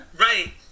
Right